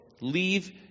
leave